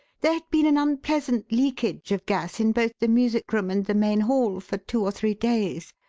there had been an unpleasant leakage of gas in both the music room and the main hall, for two or three days,